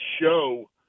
show –